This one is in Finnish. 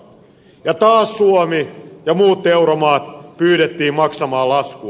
ja taas suomi ja muut euromaat pyydettiin maksamaan laskua